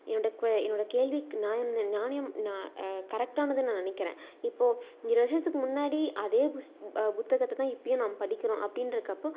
என்னோடய குவ என்னோடய கேள்விக்கு நியாயம் நாணயம் கரெக்டானதுன்னு நான் நினைக்கிறேன் இப்போ இருபது வருஷத்துக்கு முன்னாடி அதே புஸ் புத்தகத்தை தான் இப்போயும் நம்ம படிக்கிறோம் அப்படின்றக்கப்போ